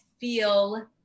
feel